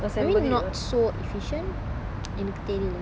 maybe not so efficient எனக்கு தெரியும்:enakku theriyum